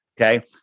okay